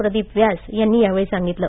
प्रदीप व्यास यांनी यावेळी सांगितलं